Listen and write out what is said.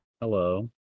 Hello